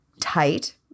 tight